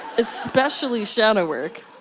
especially shadow work.